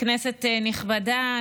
כנסת נכבדה,